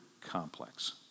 complex